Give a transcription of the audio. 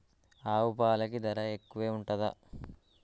ఆవు పాలకి ధర ఎక్కువే ఉంటదా?